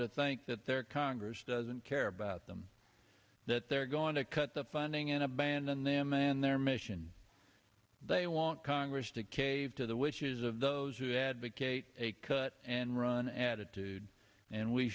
to think that their congress doesn't care about them that they're going to cut the funding and abandon them and their mission they want congress to cave to the wishes of those who advocate a cut and run attitude and we